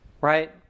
right